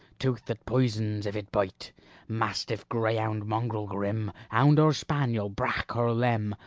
tooth that poisons if it bite mastiff, greyhound, mongrel grim, hound or spaniel, brach or lym,